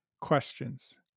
Questions